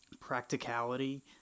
practicality